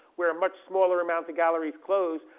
where a much smaller amount of galleries closed.